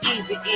Easy